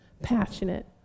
passionate